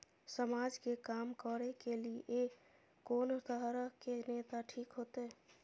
समाज के काम करें के ली ये कोन तरह के नेता ठीक होते?